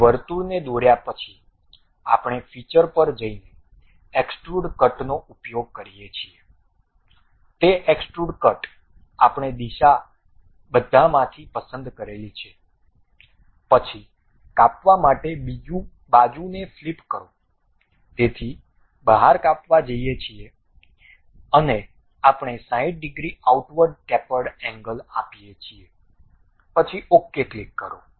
તે વર્તુળને દોર્યા પછી આપણે ફીચર પર જઈને એક્સ્ટ્રુડ કટનો ઉપયોગ કરીએ છીએ તે એક્સ્ટ્રુડ કટ આપણે દિશા બધા માંથી પસંદ કરેલી છે પછી કાપવા માટે બાજુને ફ્લિપ કરો તેથી બહાર કાપવા જઇએ છીએ અને આપણે 60 ડિગ્રી આઉટવર્ડ ટેપર્ડ એંગલ આપીએ છીએ પછી ok ક્લિક કરો